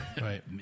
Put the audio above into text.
Right